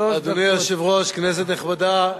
כל אחד חושב שהבינה אצלו,